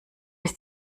ist